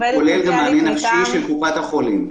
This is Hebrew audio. של קופת החולים.